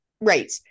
Right